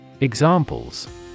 Examples